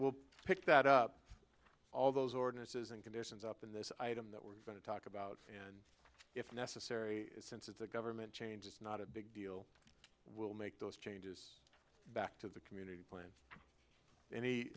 we'll pick that up all those ordinances and conditions up in this item that we're going to talk about and if necessary since it's a government change it's not a big deal we'll make those changes back to the community plan any